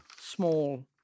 small